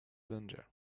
danger